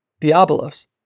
diabolos